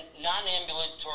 non-ambulatory